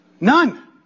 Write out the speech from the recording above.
none